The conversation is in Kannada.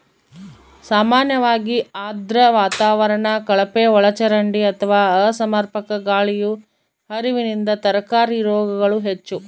ಸಾಮಾನ್ಯವಾಗಿ ಆರ್ದ್ರ ವಾತಾವರಣ ಕಳಪೆಒಳಚರಂಡಿ ಅಥವಾ ಅಸಮರ್ಪಕ ಗಾಳಿಯ ಹರಿವಿನಿಂದ ತರಕಾರಿ ರೋಗಗಳು ಹೆಚ್ಚು